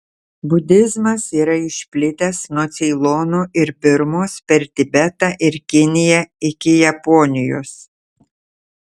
budizmas yra išplitęs nuo ceilono ir birmos per tibetą ir kiniją iki japonijos